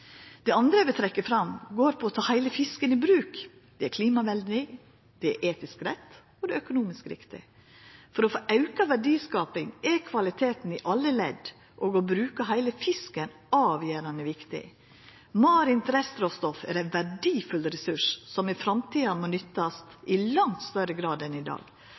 Det andre eg vil trekkja fram, går på å ta heile fisken i bruk. Det er klimavenleg, det er etisk rett, og det er økonomisk riktig. For å få auka verdiskaping er kvaliteten i alle ledd og å bruka heile fisken avgjerande viktig. Marint restråstoff er ein verdifull ressurs som i framtida må nyttast i langt større grad enn i dag.